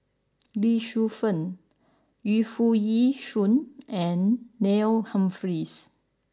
Lee Shu Fen Yu Foo Yee Shoon and Neil Humphreys